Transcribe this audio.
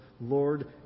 Lord